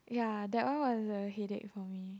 ya that one was a headache for me